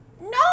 no